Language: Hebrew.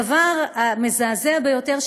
הדבר המזעזע ביותר,